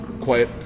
quiet